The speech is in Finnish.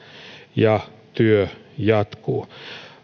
ja työ jatkuu